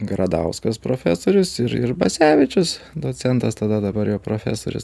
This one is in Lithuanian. gradauskas profesorius ir ir basevičius docentas tada dabar jau profesorius